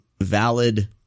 valid